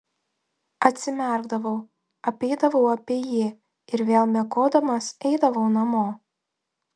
atsimerkdavau apeidavau apie jį ir vėl miegodamas eidavau namo